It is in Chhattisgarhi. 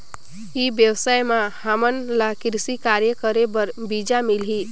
ई व्यवसाय म हामन ला कृषि कार्य करे बर बीजा मिलही?